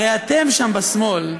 הרי אתם, שם, בשמאל,